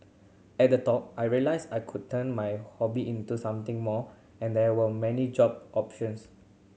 at the talk I realised I could turn my hobby into something more and there were many job options